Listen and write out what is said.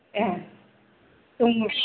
ए दङ